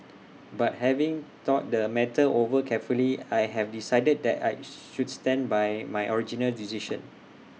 but having thought the matter over carefully I have decided that I should stand by my original decision